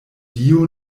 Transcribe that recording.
dio